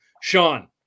Sean